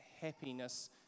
happiness